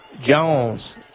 Jones